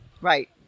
Right